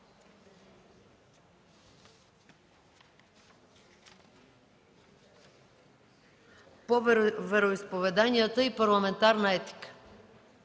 по вероизповеданията и парламентарната етика.